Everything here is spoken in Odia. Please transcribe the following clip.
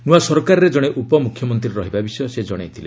ନୂଆ ସରକାରରେ ଜଣେ ଉପମୁଖ୍ୟମନ୍ତ୍ରୀ ରହିବ ବିଷୟ ସେ ଜଣାଇଥିଲେ